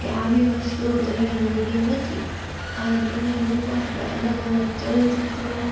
કે આવી વસ્તુઓ જરાય યોગ્ય નથી અને તેને રોકવા આપણે અલગ અલગ ચલચિત્રો